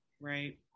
Right